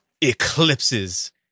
eclipses